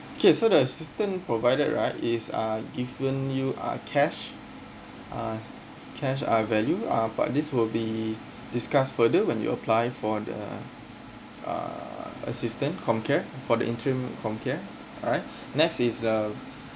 K so the assistance provided right is uh given you a cash uh cash uh value uh but this will be discuss further when you apply for the uh assistant comcare for the interim comcare alright next is the